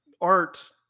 art